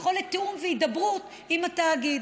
יכולת תיאום והידברות עם התאגיד.